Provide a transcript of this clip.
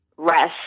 Rest